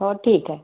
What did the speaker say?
हो ठीक आहे